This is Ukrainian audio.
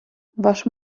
ваш